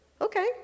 Okay